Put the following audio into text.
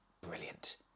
Brilliant